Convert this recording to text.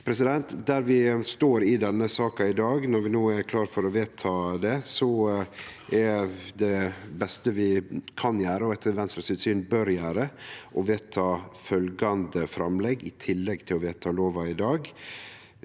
arbeid Der vi står i denne saka i dag, når vi no er klare for å vedta dette, er det beste vi kan gjere – og etter Venstres syn bør gjere – å vedta følgjande framlegg i tillegg til å vedta lova i dag: